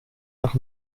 nach